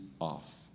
off